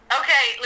okay